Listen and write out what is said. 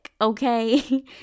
Okay